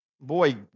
boy